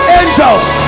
angels